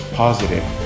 positive